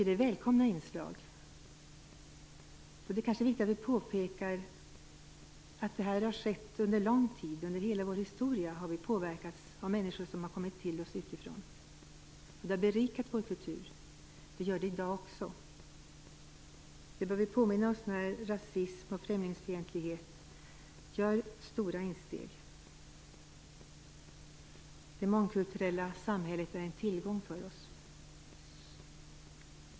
Det är välkomna inslag, och det är kanske viktigt att påpeka att detta har skett under lång tid. Under hela vår historia har vi påverkats av människor som kommit till oss utifrån, och det har berikat vår kultur. Det gör det i dag också. Det bör vi påminna oss när rasism och främligsfientlighet gör stora insteg. Det mångkulturella samhället är en tillgång för oss.